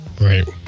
Right